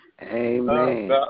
Amen